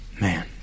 Man